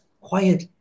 quiet